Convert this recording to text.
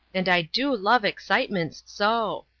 and i do love excitements so!